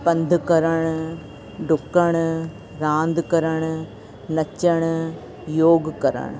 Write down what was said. पंधि करणु ॾुकणु रांधि करणु नचणु योग करणु